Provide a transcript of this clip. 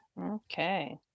okay